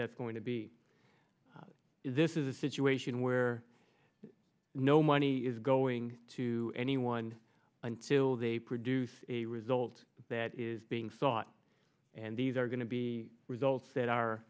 that's going to be is this is a situation where no money is going to anyone until they produce a result that is being sought and these are going to be results that are